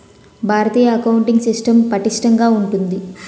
భారతీయ accounting system పటిష్టంగా ఉంటుంది